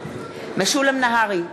משולם נהרי,